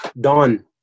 dawn